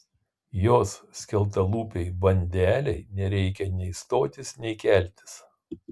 jos skeltalūpei bandelei nereikia nei stotis nei keltis